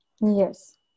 Yes